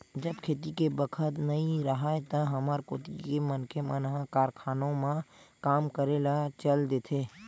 जब खेती के बखत नइ राहय त हमर कोती के मनखे मन ह कारखानों म काम करे ल चल देथे